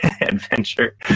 adventure